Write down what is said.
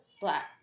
black